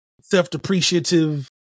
self-depreciative